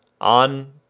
on